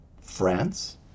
France